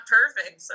perfect